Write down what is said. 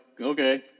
okay –